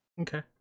okay